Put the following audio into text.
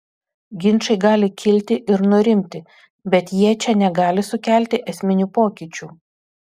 ginčai gali kilti ir nurimti bet jie čia negali sukelti esminių pokyčių